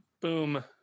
boom